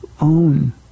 own